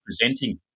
presenting